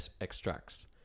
extracts